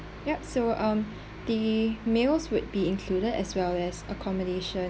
yup so um the meals would be included as well as accommodation